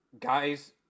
guys